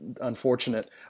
unfortunate